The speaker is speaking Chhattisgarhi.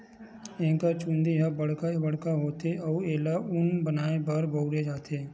एकर चूंदी ह बड़का बड़का होथे अउ एला ऊन बनाए बर बउरे जाथे